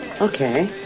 Okay